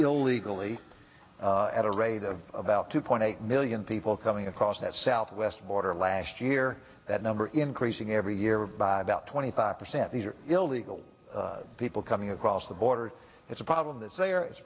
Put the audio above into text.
illegally at a rate of about two point eight million people coming across that southwest border last year that number increasing every year by about twenty five percent these are illegal people coming across the border it's a problem